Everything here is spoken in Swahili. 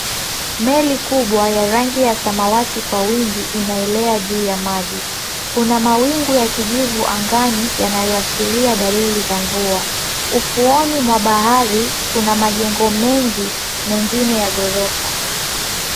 Meli kubwa ya rangi ya samawati kwa wingi inaelea juu ya maji, kuna mawingu ya kijivu angani yanayoashiria dalili za mvua. Ufuoni mwa bahari kuna majengo mengi, mengine ya ghorofa.